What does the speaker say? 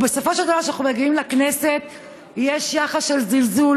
ובסופו של דבר כשאנחנו מגיעים לכנסת יש יחס של זלזול,